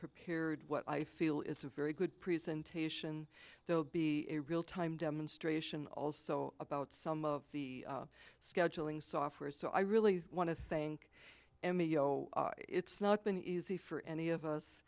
prepared what i feel is a very good presentation there will be a real time demonstration also about some of the scheduling software so i really want to thank m e o it's not been easy for any of us